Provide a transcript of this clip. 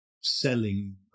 selling